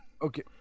Okay